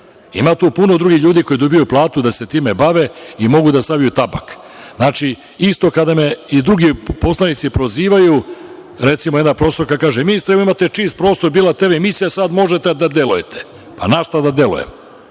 Ima tu puno drugih ljudi koji dobijaju platu da se time bave i mogu da saviju tabak. Znači, isto kada me i drugi poslanici prozivaju, recimo jedna profesorka kaže – ministre vi imate čist prostor, bila TV emisija, sada možete da delujete. Pa na šta da delujem?